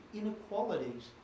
inequalities